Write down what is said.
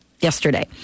yesterday